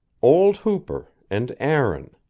old hooper, and aaron.